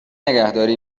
نگهداری